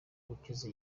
gukiza